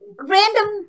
random